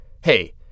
hey